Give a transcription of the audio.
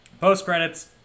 post-credits